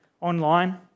online